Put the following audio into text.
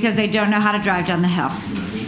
because they don't know how to drive around the house